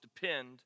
depend